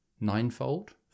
ninefold